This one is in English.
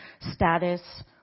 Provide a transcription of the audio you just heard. status